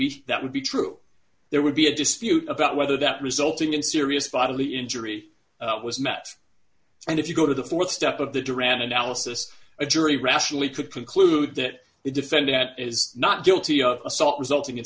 be that would be true there would be a dispute about whether that resulting in serious bodily injury was met and if you go to the th step of the duran analysis a jury rationally could conclude that the defendant is not guilty of assault resulting in